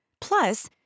Plus